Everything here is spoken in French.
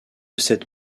cette